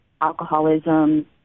alcoholism